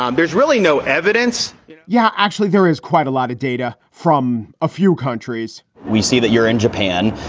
um there's really no evidence yeah, actually, there is quite a lot of data from a few countries we see that you're in japan.